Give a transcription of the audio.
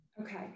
okay